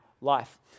life